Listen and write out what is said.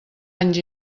anys